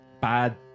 bad